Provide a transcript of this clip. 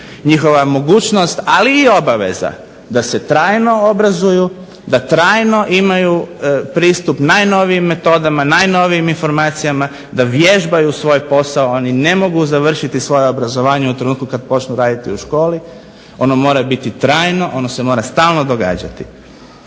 njihova mogućnost, ali i obaveza da se trajno obrazuju, da trajno imaju pristup najnovijim metodama, najnovijim informacijama da vježbaju svoj posao. Oni ne mogu završiti svoje obrazovanje u trenutku kad počnu raditi u školi, ono mora biti trajno, ono se mora stalno događati.